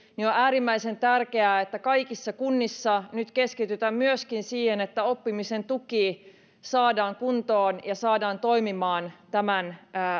on äärimmäisen tärkeää että kaikissa kunnissa keskitytään myöskin siihen että oppimisen tuki saadaan kuntoon ja saadaan toimimaan tämän